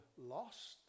lost